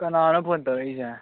ꯀꯅꯥꯅꯣ ꯐꯣꯟ ꯇꯧꯔꯛꯏꯁꯦ